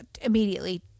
immediately